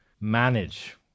manage